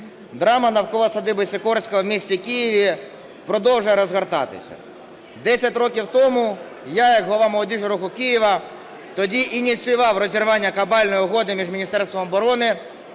Драма навколо садиби Сікорського в місті Києві продовжує розгортатися. 10 років тому я як голова "Молодіжного руху Києва" тоді ініціював розірвання кабальної угоди між Міністерством оборони